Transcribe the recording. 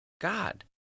God